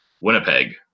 Winnipeg